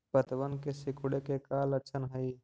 पत्तबन के सिकुड़े के का लक्षण हई?